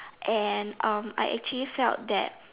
and um I actually felt that